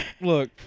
Look